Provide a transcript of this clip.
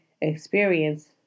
experience